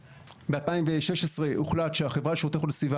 ב-2016 הוחלט שהחברה של איכות הסביבה